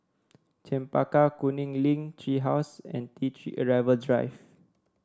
Chempaka Kuning Link Tree House and T Three Arrival Drive